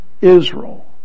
Israel